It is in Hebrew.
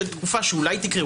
תקופה שאולי תקרה,